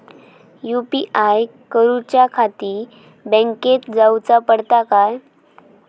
UPI करूच्याखाती बँकेत जाऊचा पडता काय?